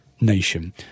nation